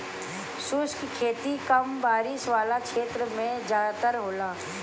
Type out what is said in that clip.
शुष्क खेती कम बारिश वाला क्षेत्र में ज़्यादातर होला